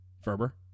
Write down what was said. Ferber